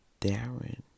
Darren